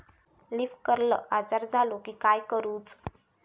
Leaf curl आजार झालो की काय करूच?